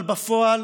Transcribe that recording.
אבל בפועל